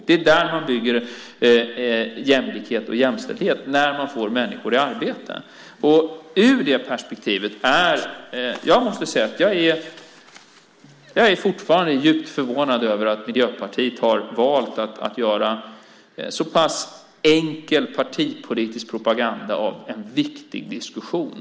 Det är så man bygger jämlikhet och jämställdhet, med människor i arbete. Ur det perspektivet måste jag säga att jag är djupt förvånad över att Miljöpartiet har valt att göra så pass enkel partipolitisk propaganda av en viktig diskussion.